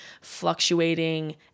fluctuating